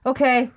Okay